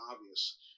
obvious